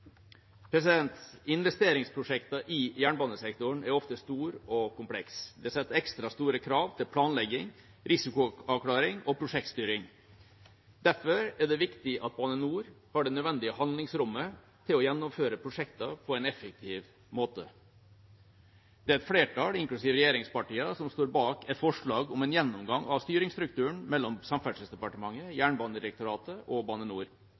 i jernbanesektoren er ofte store og komplekse. Det setter ekstra store krav til planlegging, risikoavklaring og prosjektstyring. Derfor er det viktig at Bane NOR har det nødvendige handlingsrommet til å gjennomføre prosjekter på en effektiv måte. Et flertall, inklusiv regjeringspartiene, står bak et forslag om en gjennomgang av styringsstrukturen mellom Samferdselsdepartementet, Jernbanedirektoratet og Bane NOR.